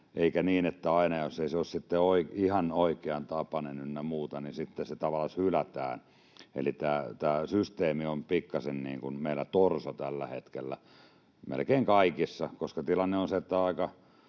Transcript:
eikä niin, että aina, jos ei se aloite ole ihan oikean tapainen ynnä muuta, niin sitten se tavallaan hylätään, kun meillä tämä systeemi on pikkasen torso tällä hetkellä melkein kaikessa. Tilannehan on se, että aika